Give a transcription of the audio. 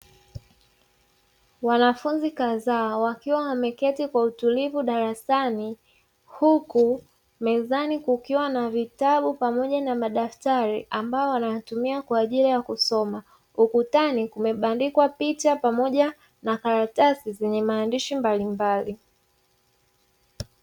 Wanafunzi kadhaa wakiwa wameketi kwa utulivu darasani, huku mezani kukiwa na vitabu pamoja na madaftari ambayo wanayatumia kwa ajili ya kusoma. Ukutani kumebandikwa picha pamoja na karatasi zenye maandishi mbalimbali.